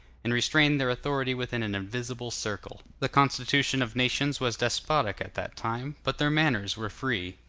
and restrained their authority within an invisible circle. the constitution of nations was despotic at that time, but their manners were free.